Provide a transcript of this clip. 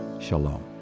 Shalom